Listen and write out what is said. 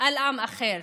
על עם אחר,